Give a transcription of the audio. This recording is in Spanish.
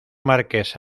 marqués